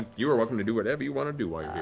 you are welcome to do whatever you want to do while